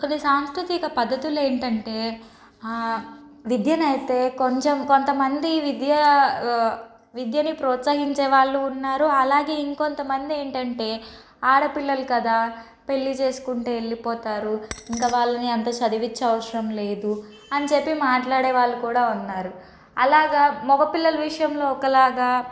కొన్ని సాంస్కృతిక పద్ధతులు ఏంటంటే విద్యను అయితే కొంచెం కొంతమంది విద్యా విద్యని ప్రోత్సహించే వాళ్ళు ఉన్నారు అలాగే ఇంకొంత మంది ఏంటంటే ఆడపిల్లలు కదా పెళ్ళి చేసుకుంటే వెళ్ళిపోతారు ఇంక వాళ్ళని అంత చదివించ అవసరం లేదు అని చెప్పి మాట్లాడేవాళ్ళు కూడా ఉన్నారు అలాగ మగపిల్లలు విషయంలో ఒకలాగా